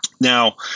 now